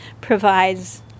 provides